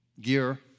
gear